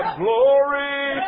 glory